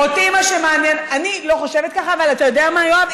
אני לא חושבת ככה, אבל אתה יודע מה, יואב?